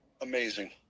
Amazing